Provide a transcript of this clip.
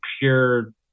pure